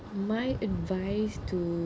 my advice to